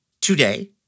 today